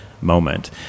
moment